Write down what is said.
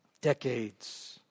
Decades